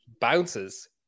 bounces